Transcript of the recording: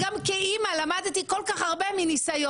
גם כאימא למדתי כל כך הרבה מניסיון.